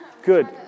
Good